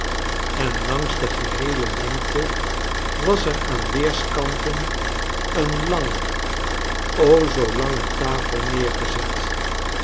en langs de geheele lengte was er aan weerskanten een lange o zoo lange tafel neergezet